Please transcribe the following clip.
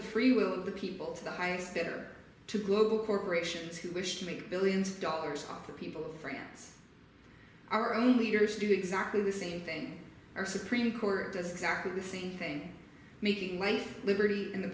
the free will of the people to the highest bidder to global corporations who wish to make billions of dollars the people france our own leaders do exactly the same thing our supreme court does exactly the same thing making life liberty and the